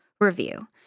review